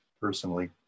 personally